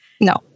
No